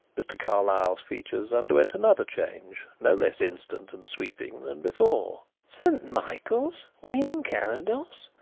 mr. carlyle's features underwent another change, no less instant and sweeping than before. st. michael's! wynn carrados?